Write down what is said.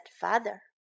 father